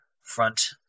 front